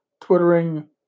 twittering